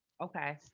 Okay